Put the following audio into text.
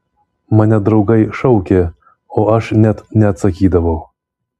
mane draugai šaukė o aš net neatsakydavau